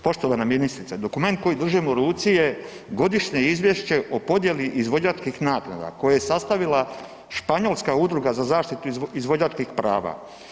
Poštovana ministrice, dokument koji držim u ruci je godišnje izvješće o podjeli izvođačkih naknada koje je sastavila španjolska udruga ga zaštitu izvođačkih prava.